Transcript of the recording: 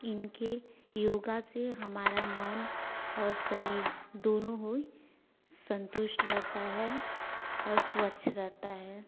इनके योगा से हमारा मन और शरीर दोनों होइ संतुष्ट रहता है और स्वच्छ रहता है